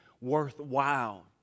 worthwhile